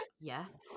yes